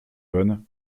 bonne